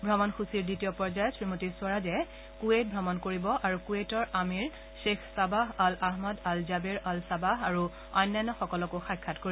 ভ্ৰমণসূচীৰ দ্বিতীয় পৰ্যায়ত শ্ৰীমতী স্বৰাজে কুৱেইট ভ্ৰমণ কৰিব আৰু কুৱেইটৰ আমীৰ Sheikh Sabah al Ahmad al Jaber al Sabah আৰু অন্যান্য সকলক সাক্ষাৎ কৰিব